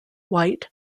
white